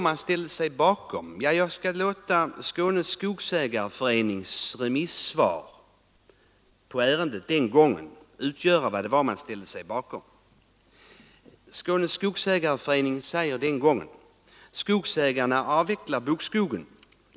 Jag skall låta Skånes skogsägareförenings remissyttrande i ärendet den gången redovisa vad man ställde sig bakom. Skånes skogsägareförening skrev: Skogsägarna avvecklar bokskogen.